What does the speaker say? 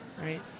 Right